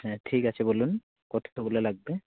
হ্যাঁ ঠিক আছে বলুন কতগুলো লাগবে